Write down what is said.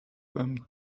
them